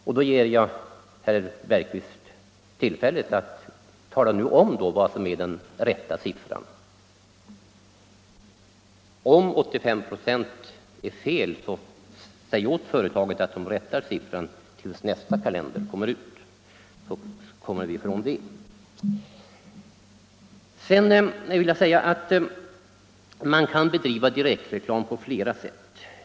Jag ger gärna herr Bergqvist tillfälle att nu tala om, vad som är den rätta siffran. Om 85 ?6 är fel, så säg åt företaget att rätta sina uppgifter till nästa kalender, så kommer vi ifrån det felet! Man kan bedriva direktreklam på flera sätt.